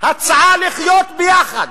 הצעה לחיות ביחד,